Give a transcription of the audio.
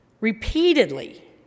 repeatedly